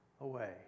away